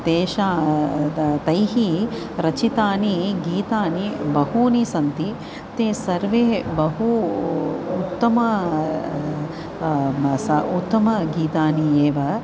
तेषां तैः तैः रचितानि गीतानि बहूनि सन्ति ते सर्वे बहु उत्तमं म स उत्तमगीतानि एव